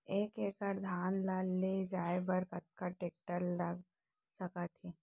एक एकड़ धान ल ले जाये बर कतना टेकटर लाग सकत हे?